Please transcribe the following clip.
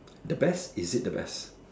the best is it the best